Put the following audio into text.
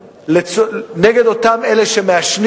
טוענים, ואדוני טען את זה, ואחרים,